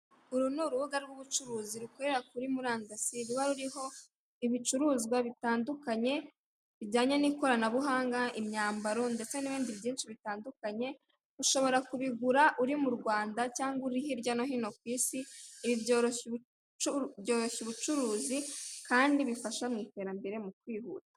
Uru ni urubuga rw'ubucuruzi rukorera kuri murandasi ruba ruriho ibicuruzwa bitandukanye, bijyanye n'ikoranabuhanga, imyambaro ndetse n'ibindi byinshi bitandukanye, ushobora kubigura uri mu Rwanda cyangwa uri hirya no hino ku isi, ibi byoroshya ubucuruzi kandi bifasha mu iterambere mu kwihuta.